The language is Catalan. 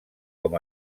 com